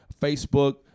Facebook